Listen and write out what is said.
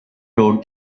wrote